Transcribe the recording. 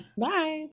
bye